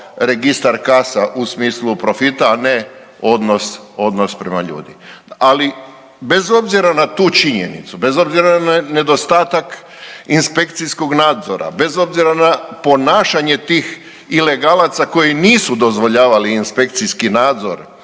registar kasa u smislu profita, a ne odnos, odnos prema ljudima. Ali bez obzira na tu činjenicu, bez obzira na nedostatak inspekcijskog nadzora, bez obzira na ponašanje tih ilegalaca koji nisu dozvoljavali inspekcijski nadzor,